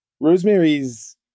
Rosemary's –